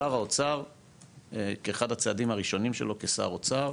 שר האוצר כאחד הצעדים הראשונים שלו כשר אוצר,